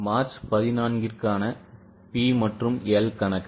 March 14 க்கான P மற்றும் L கணக்கு